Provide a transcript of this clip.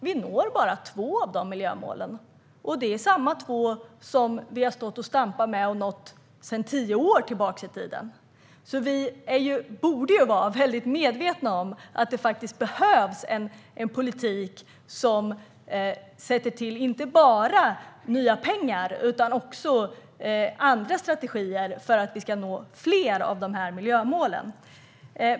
Vi når bara två av dessa miljömål, och det är samma två där vi har stått och stampat sedan tio år tillbaka i tiden. Vi borde vara medvetna om att det behövs en politik som inte bara tillför nya pengar utan också andra strategier för att vi ska nå fler miljömål.